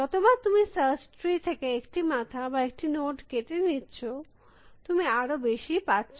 যত বার তুমি সার্চ ট্রি থেকে একটি মাথা বা একটি নোড কেটে নিচ্ছ তুমি আরো বেশী পাচ্ছ